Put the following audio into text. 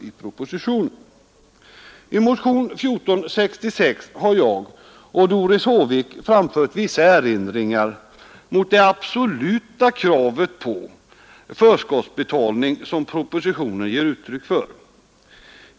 I motionen 1466 har Doris Håvik och jag framfört vissa erinringar mot det absoluta kravet på förskottsbetalning som propositionen ger uttryck för.